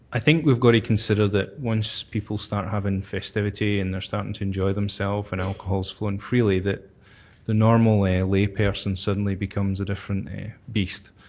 i think we've got to consider that once people start having festivity and they're starting to enjoy themselves and alcohol's flowing freely, that the normal layperson suddenly becomes a different beast.